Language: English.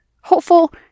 Hopeful